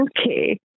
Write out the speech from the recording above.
Okay